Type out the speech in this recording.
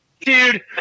Dude